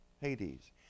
Hades